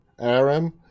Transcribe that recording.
Aaron